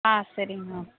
ஆ சரி மேம்